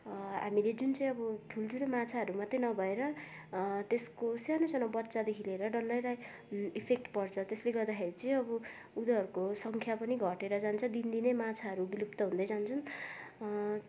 हामीले जुन चाहिँ अब ठुल्ठुलो माछाहरू मात्रै नभएर त्यसको सानो सानो बच्चादेखि लिएर डल्लैलाई इफेक्ट पर्छ त्यसले गर्दाखेरि चाहिँ अब उनीहरूको सङ्ख्या पनि घटेर जान्छ दिनदिनै माछाहरू विलुप्त हुँदै जान्छन्